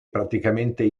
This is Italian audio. praticamente